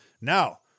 Now